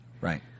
right